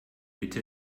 bitte